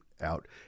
out